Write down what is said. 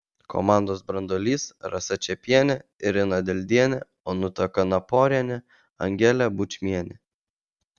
komandos branduolys rasa čepienė irina dildienė onutė kanaporienė angelė bučmienė